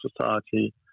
society